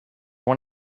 one